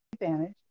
advantage